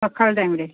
ସକାଳ ଟାଇମ୍ରେ